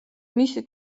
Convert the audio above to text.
მისი